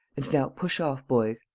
and now push off, boys.